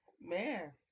man